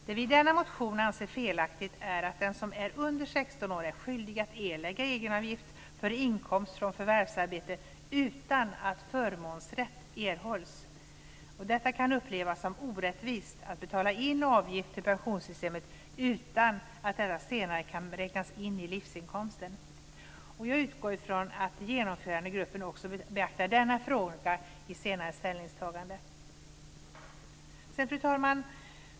Det vi i denna motion anser felaktigt är att den som är under 16 år är skyldig att erlägga egenavgift för inkomst från förvärvsarbete utan att förmånsrätt erhålls. Det kan upplevas som orättvist att betala in avgift till pensionssystemet utan att detta senare kan räknas in i livsinkomsten. Jag utgår från att Genomförandegruppen också beaktar denna fråga i senare ställningstagande. Fru talman!